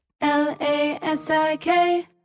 L-A-S-I-K